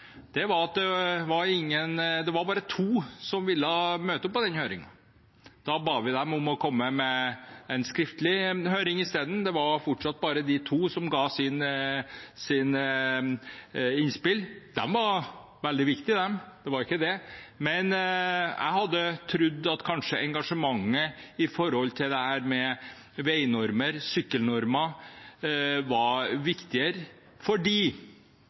var det bare to som ville møte opp på den høringen. Da ba vi dem om å komme med skriftlige innspill i stedet. Det var fortsatt bare de to som ga sine innspill, og de var veldig viktige, det var ikke det, men jeg hadde kanskje trodd at engasjementet når det gjelder dette med veinormer og sykkelnormer, var